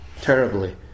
terribly